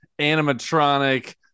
animatronic